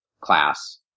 class